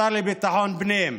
השר לביטחון פנים,